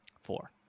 Four